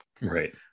Right